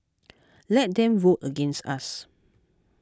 let them vote against us